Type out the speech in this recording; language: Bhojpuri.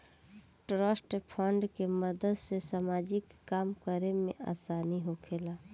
ट्रस्ट फंड के मदद से सामाजिक काम करे में आसानी होखेला